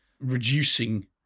reducing